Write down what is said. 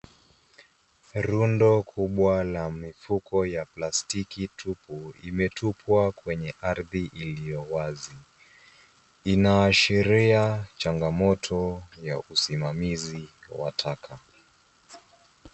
Rundo kubwa la mifuko ya plastiki tupu, imetupwa kwenye ardhi iliyo wazi. Inaashiria changamoto ya usimamizi wa taka.